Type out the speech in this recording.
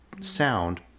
sound